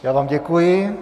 Já vám děkuji.